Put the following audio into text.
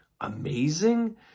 amazing